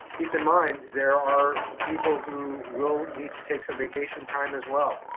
keep in mind, there are people who will need to take some vacation time as well.